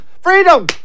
Freedom